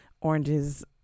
oranges